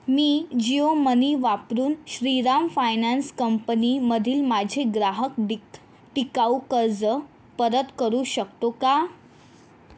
मी Jio money वापरून Shriram finance कंपनीमधील माझे ग्राहक डिक टिकाऊ कर्ज परत करू शकतो का